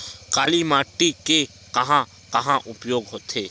काली माटी के कहां कहा उपयोग होथे?